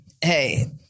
hey